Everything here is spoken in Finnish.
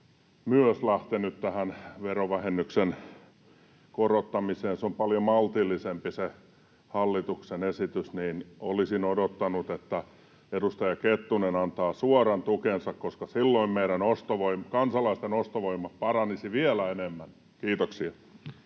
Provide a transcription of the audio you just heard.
on myös lähtenyt tähän verovähennyksen korottamiseen — se on paljon maltillisempi, se hallituksen esitys — niin olisin odottanut, että edustaja Kettunen antaa suoran tukensa, koska silloin kansalaisten ostovoima paranisi vielä enemmän. — Kiitoksia.